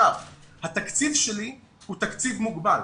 התקציב שלי הוא תקציב מוגבל.